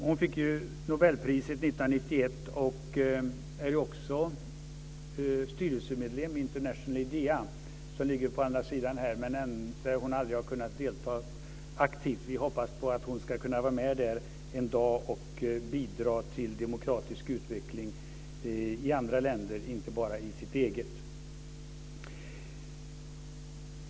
Hon fick Nobelpriset 1991 och är också styrelsemedlem i International IDEA, som ligger på andra sidan vattnet från Riksdagshuset sett, där hon dock aldrig har kunnat delta aktivt. Vi hoppas att hon ska kunna vara med där en dag och bidra till demokratisk utveckling i andra länder, inte bara i sitt eget.